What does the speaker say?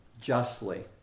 justly